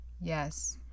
yes